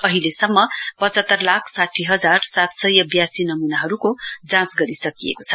अहिलेसम्म पचहतर लाख साठी हजार सात सय ब्यासी नमूनाहरूको जाँच गरिसकिएको छ